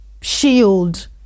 shield